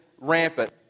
rampant